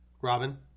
Robin